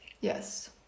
Yes